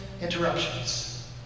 interruptions